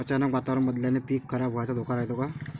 अचानक वातावरण बदलल्यानं पीक खराब व्हाचा धोका रायते का?